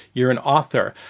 you're an author.